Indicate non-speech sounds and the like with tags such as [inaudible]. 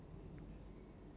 [laughs]